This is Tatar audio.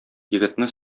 егетне